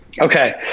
Okay